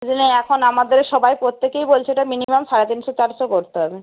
ওই জন্যে এখন আমাদের সবাই প্রত্যেকেই বলছে ওটা মিনিমাম সাড়ে তিনশো চারশো করতে হবে